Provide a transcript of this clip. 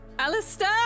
Alistair